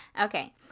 Okay